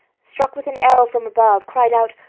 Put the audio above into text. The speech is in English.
struck with an arrow from above, cried out,